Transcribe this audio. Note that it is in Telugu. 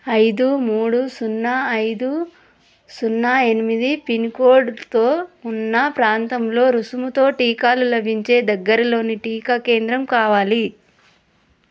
ఐదు మూడు సున్నా ఐదు సున్నా ఎనిమిది పిన్కోడ్తో ఉన్న ప్రాంతంలో రుసుముతో టీకాలు లభించే దగ్గరలోని టీకా కేంద్రం కావాలి